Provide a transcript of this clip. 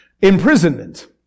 imprisonment